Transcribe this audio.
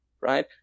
right